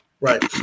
right